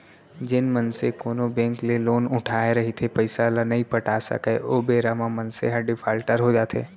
जेन मनसे कोनो बेंक ले लोन उठाय रहिथे पइसा ल नइ पटा सकय ओ बेरा म मनसे ह डिफाल्टर हो जाथे